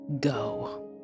go